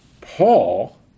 Paul